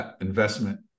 investment